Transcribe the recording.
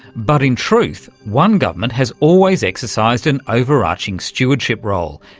but in truth one government has always exercised an overarching stewardship role,